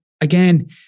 again